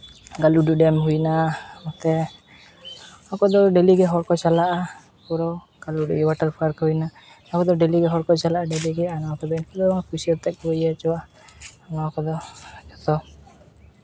ᱜᱟᱹᱞᱩᱰᱤ dam ᱦᱩᱭᱱᱟ ᱱᱚᱛᱮ ᱚᱠᱚᱭ ᱫᱚ ᱰᱮᱹᱞᱤ ᱦᱚᱲ ᱠᱚ ᱪᱟᱞᱟᱜᱼᱟ ᱯᱩᱨᱟᱹᱣ ᱜᱟᱹᱞᱩᱰᱤ ᱚᱣᱟᱴᱟᱨ ᱯᱟᱨᱠ ᱦᱩᱭᱱᱟ ᱱᱚᱰᱮ ᱫᱚ ᱰᱮᱹᱞᱤ ᱦᱚᱲ ᱠᱚ ᱪᱟᱞᱟᱜᱼᱟ ᱰᱮᱹᱞᱤ ᱜᱮ ᱟᱨ ᱱᱚᱣᱟ ᱠᱚᱫᱚ ᱩᱱᱠᱩ ᱫᱚ ᱠᱩᱥᱤᱭᱟᱟᱛᱮᱫ ᱠᱚ ᱤᱭᱟᱹ ᱦᱚᱪᱚᱜᱼᱟ ᱱᱚᱣᱟ ᱠᱚᱫᱚ ᱡᱚᱛᱚ